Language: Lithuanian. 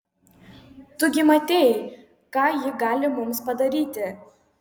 tu gi matei ką ji gali mums padaryti